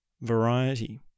variety